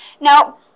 Now